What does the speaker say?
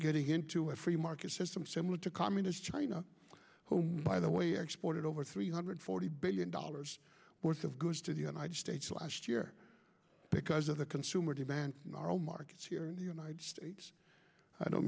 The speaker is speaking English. getting into a free market system similar to communist china home by the way exported over three hundred forty billion dollars worth of goods to the united states last year because of the consumer demand in our own markets here in the united states i don't